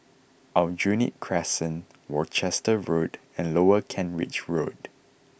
Aljunied Crescent Worcester Road and Lower Kent Ridge Road